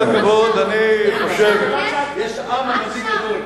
עכשיו יש עם פלסטיני?